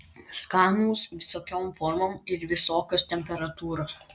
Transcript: skanūs visokiom formom ir visokios temperatūros